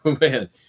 man